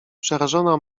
przerażona